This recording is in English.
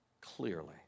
clearly